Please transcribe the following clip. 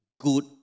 good